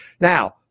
Now